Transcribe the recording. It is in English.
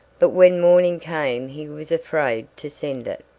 but when morning came he was afraid to send it,